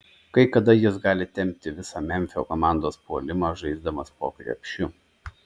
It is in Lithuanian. kai kada jis gali tempti visą memfio komandos puolimą žaisdamas po krepšiu